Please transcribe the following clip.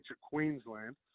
Queensland